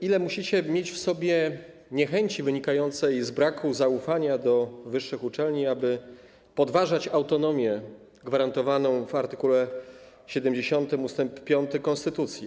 Ile musicie mieć w sobie niechęci wynikającej z braku zaufania do wyższych uczelni, aby podważać ich autonomię gwarantowaną w art. 70 ust. 5 konstytucji.